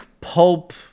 pulp